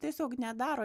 tiesiog nedaro